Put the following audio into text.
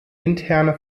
interne